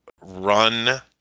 run